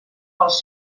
pels